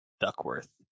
Duckworth